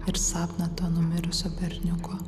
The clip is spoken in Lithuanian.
ir sapną to numirusio berniuko